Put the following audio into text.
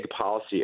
policy